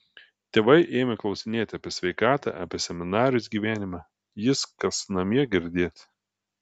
tėvai ėmė klausinėti apie sveikatą apie seminarijos gyvenimą jis kas namie girdėt